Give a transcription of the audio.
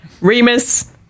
Remus